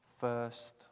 first